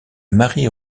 marie